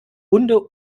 hunde